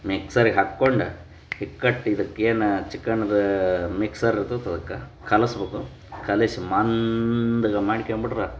ಮಿಕ್ಸರ್ಗೆ ಹಾಕ್ಕೊಂಡು ಈ ಕಟ್ ಇದಕ್ಕೇನು ಚಿಕಣ್ದು ಮಿಕ್ಸರ್ದು ಕಲಸ್ಬೇಕು ಕಲಸಿ ಮಂದಗ ಮಾಡ್ಕಂಬುಟ್ರ